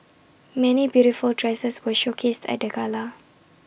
many beautiful dresses were showcased at the gala